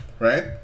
Right